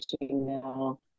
now